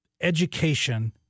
education